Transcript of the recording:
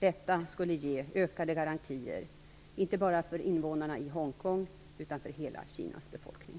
Detta skulle ge ökade garantier inte bara för invånarna i Hongkong utan för hela Kinas befolkning.